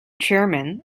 chairman